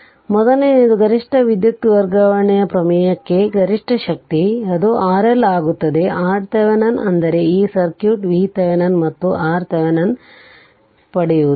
ಆದ್ದರಿಂದ ಮೊದಲನೆಯದು ಗರಿಷ್ಠ ವಿದ್ಯುತ್ ವರ್ಗಾವಣೆ ಪ್ರಮೇಯಕ್ಕೆ ಗರಿಷ್ಠ ಶಕ್ತಿ ಅದು RL ಆಗುತ್ತದೆ ಆರ್ಟಿಹೆವೆನಿನ್ ಅಂದರೆ ಈ ಸರ್ಕ್ಯೂಟ್ ವಿ ಥೆವೆನಿನ್ ಮತ್ತು ಆರ್ಟಿಹೆವೆನಿನ್ಗಾಗಿ ಪಡೆಯುವುದು